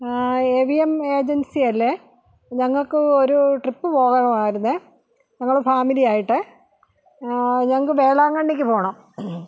A V M agency അല്ലേ ഞങ്ങൾക്ക് ഒരു ട്രിപ്പ് പോകണമായിരുന്നേ ഞങ്ങൾ ഫാമിലി ആയിട്ട് ഞങ്ങൾക്ക് വേളാങ്കണ്ണിക്ക് പോവണം